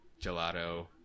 Gelato